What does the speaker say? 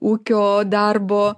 ūkio darbo